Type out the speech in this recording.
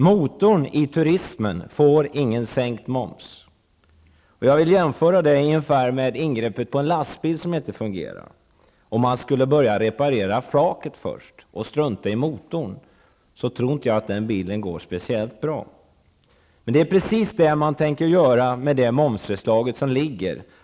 Motorn i turismen får ingen sänkning av momsen. Jag vill jämföra detta med ett ingrepp på en lastbil som inte fungerar. Om man skulle börja reparera flaket och strunta i motorn tror jag inte att bilen skulle gå speciellt bra. Men det är precis det som är tanken i det momsförslag som ligger.